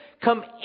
come